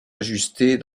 ajustées